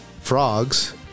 Frogs